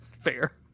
fair